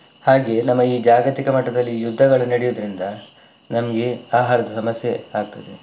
ಹಾಗೆಯೇ ನಮ್ಮ ಈ ಜಾಗತಿಕ ಮಟ್ಟದಲ್ಲಿ ಯುದ್ಧಗಳು ನಡೆಯುವುದ್ರಿಂದ ನಮಗೆ ಆಹಾರದ ಸಮಸ್ಯೆ ಆಗ್ತದೆ